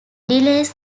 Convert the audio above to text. delays